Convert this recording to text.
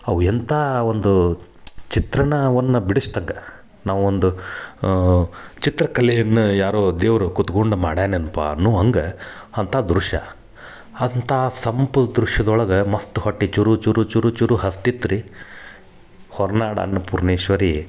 ಅವು ಎಂತ ಒಂದು ಚಿತ್ರಣವನ್ನ ಬಿಡ್ಸ್ದಂಗ ನಾವು ಒಂದು ಚಿತ್ರಕಲೆಯನ್ನ ಯಾರೋ ದೇವರು ಕುತ್ಕೊಂಡು ಮಾಡ್ಯಾನೆನಪಾ ಅನ್ನು ಹಂಗೆ ಅಂತ ದೃಶ್ಯ ಅಂತ ಸಂಪ್ ದೃಶ್ಯದೊಳಗೆ ಮಸ್ತ್ ಹೊಟ್ಟೆ ಚುರು ಚುರು ಚುರು ಹಸ್ದಿತ್ತು ರೀ ಹೊರ್ನಾಡ್ ಅನ್ನಪೂರ್ಣೇಶ್ವರಿ